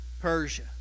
Persia